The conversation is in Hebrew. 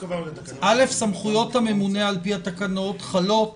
סמכויות הממונה על פי התקנות חלות